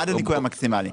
עד הניכוי המקסימלי.